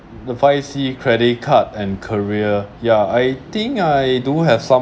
the five C credit card and career ya I think I do have some